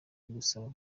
igusaba